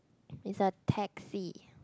it's a taxi